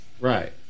Right